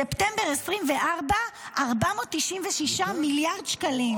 ספטמבר 2024, 496 מיליארד שקלים.